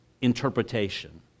interpretation